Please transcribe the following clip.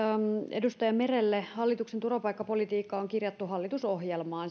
edustaja merelle hallituksen turvapaikkapolitiikka on kirjattu hallitusohjelmaan